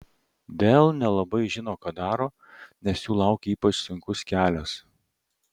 dell nelabai žino ką daro nes jų laukia ypač sunkus kelias